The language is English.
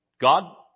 God